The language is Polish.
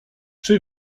czy